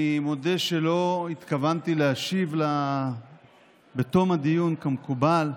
אני מודה שלא התכוונתי להשיב בתום הדיון כמקובל,